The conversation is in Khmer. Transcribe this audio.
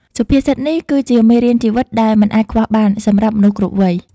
សុភាសិតនេះគឺជាមេរៀនជីវិតដែលមិនអាចខ្វះបាន សម្រាប់មនុស្សគ្រប់វ័យ។